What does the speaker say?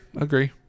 Agree